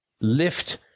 lift